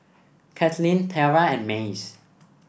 Kaitlin Tiara and Mace